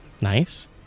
nice